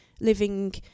living